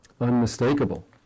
unmistakable